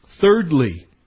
Thirdly